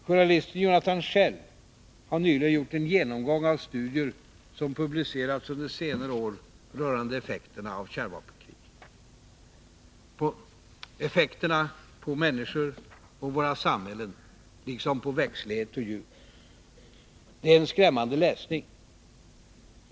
Journalisten Jonathan Schell har nyligen gjort en genomgång av studier som publicerats under senare år rörande effekterna av ett kärnvapenkrig, på människor och våra samhällen liksom på växtlighet och djur. Det är skrämmande läsning.